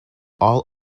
all